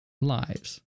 lives